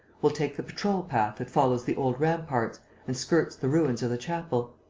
will take the patrol-path that follows the old ramparts and skirts the ruins of the chapel.